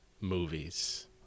movies